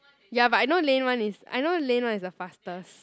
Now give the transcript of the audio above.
ya but I know lane one is I know lane one is the fastest